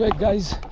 like guys.